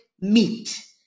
meat